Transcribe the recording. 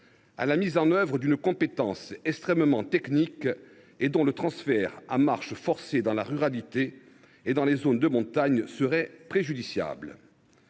à la mise en œuvre d’une compétence extrêmement technique, dont le transfert à marche forcée dans la ruralité et dans les zones de montagne serait préjudiciable.